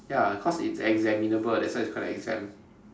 ya cause it's examinable that's why it's called an exam